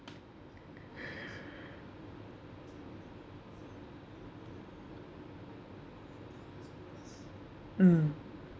um